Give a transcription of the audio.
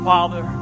Father